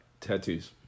Tattoos